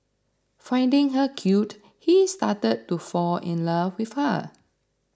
finding her cute he started to fall in love with her